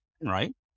right